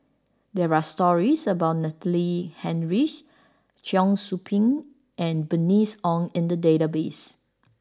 there are stories about Natalie Hennedige Cheong Soo Pieng and Bernice Ong in the database